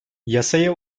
yasaya